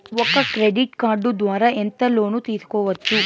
ఒక credit card ద్వారా ఎంత లోను తీసుకోవచ్చు?